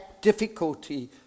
difficulty